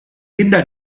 linda